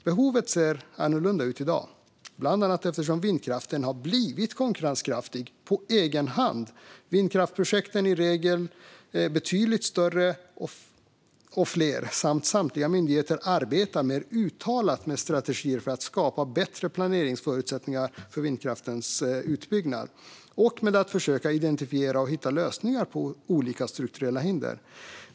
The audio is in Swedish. Behovet ser annorlunda ut i dag, bland annat eftersom vindkraften har blivit konkurrenskraftig på egen hand. Vindkraftsprojekten är i regel betydligt större och fler, och statliga myndigheter arbetar mer uttalat med strategier för att skapa bättre planeringsförutsättningar för vindkraftens utbyggnad och med att försöka identifiera och hitta lösningar på olika strukturella hinder.